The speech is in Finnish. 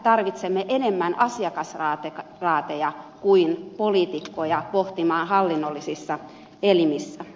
tarvitsemme enemmän asiakasraateja kuin poliitikkoja pohtimaan hallinnollisissa elimissä